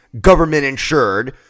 government-insured